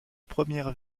première